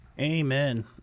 Amen